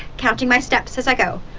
counting my steps as i go